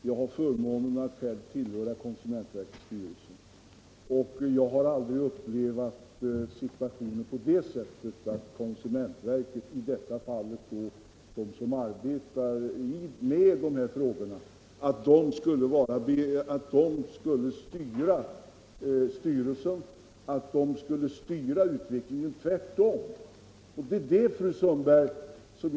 Jag har förmånen att själv tillhöra konsumentverkets styrelse, men jag har aldrig upplevt situationen på det sättet att konsumentverket och de som arbetar med dessa frågor skulle styra utvecklingen, tvärtom!